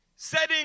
setting